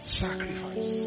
sacrifice